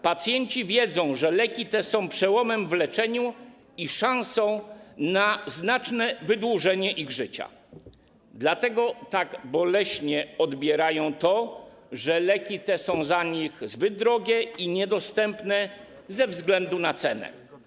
Pacjenci wiedzą, że leki te są przełomem w leczeniu i szansą na znaczne wydłużenie ich życia, dlatego tak boleśnie odbierają to, że są one dla nich zbyt drogie i niedostępne ze względu na cenę.